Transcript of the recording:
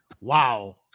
Wow